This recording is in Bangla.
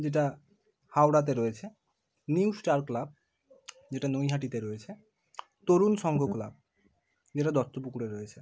যেটা হাওড়াতে রয়েছে নিউ স্টার ক্লাব যেটা নৈহাটিতে রয়েছে তরুণ সঙ্ঘ ক্লাব যেটা দত্ত পুকুরে রয়েছে